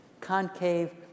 Concave